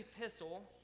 epistle